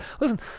listen